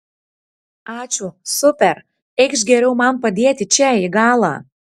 ačiū super eikš geriau man padėti čia į galą